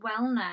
wellness